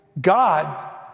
God